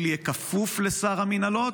הם מטרילים, חבורת הטרלות.